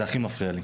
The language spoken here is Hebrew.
זה הכי מפריע לי.